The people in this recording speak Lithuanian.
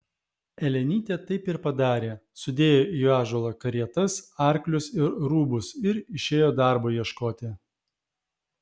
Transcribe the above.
elenytė taip ir padarė sudėjo į ąžuolą karietas arklius ir rūbus ir išėjo darbo ieškoti